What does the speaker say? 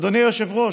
אדוני היושב-ראש,